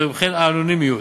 ובהן האנונימיות,